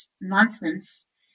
nonsense